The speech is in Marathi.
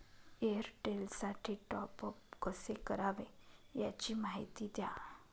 एअरटेलसाठी टॉपअप कसे करावे? याची माहिती द्या